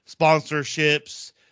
sponsorships